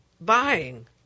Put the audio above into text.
buying